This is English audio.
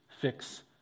fix